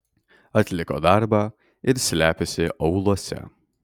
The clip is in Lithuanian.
atliko darbą ir slepiasi aūluose